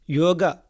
yoga